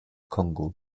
kongo